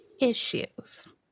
issues